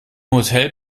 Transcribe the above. hotel